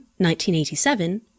1987